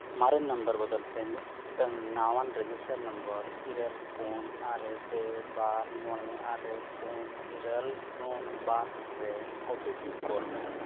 ᱢᱟᱨᱮ ᱱᱟᱢᱵᱟᱨ ᱵᱚᱫᱚᱞ ᱛᱮ ᱢᱤᱫᱴᱟᱹᱝ ᱱᱟᱣᱟᱱ ᱨᱮᱡᱤᱥᱴᱟᱨ ᱱᱟᱢᱵᱟᱨ ᱤᱨᱟᱹᱞ ᱯᱩᱱ ᱟᱨᱮ ᱯᱮ ᱵᱟᱨ ᱢᱚᱬᱮ ᱟᱨᱮ ᱯᱩᱱ ᱤᱨᱟᱹᱞ ᱥᱩᱱ ᱵᱟᱨ ᱨᱮ ᱳᱴᱤᱯᱤ ᱠᱩᱞ ᱢᱮ